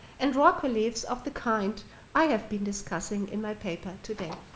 and rock reliefs of the kind i have been discussing in my paper today.